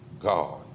God